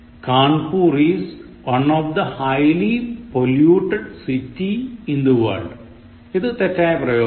Kanpur is one of the highly polluted city in the world ഇത് തെറ്റായ പ്രയോഗമാണ്